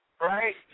Right